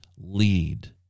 lead